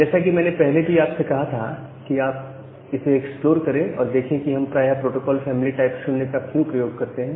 जैसा कि मैंने पहले भी आपको कहा था कि आप इसे एक्सप्लोर करें और देखें कि हम प्राय प्रोटोकॉल फैमिली टाइप 0 क्यों प्रयोग करते हैं